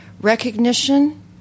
Recognition